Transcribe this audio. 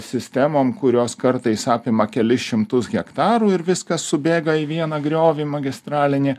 sistemom kurios kartais apima kelis šimtus hektarų ir viskas subėga į vieną griovį magistralinį